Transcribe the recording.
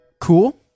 Cool